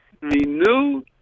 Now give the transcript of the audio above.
renew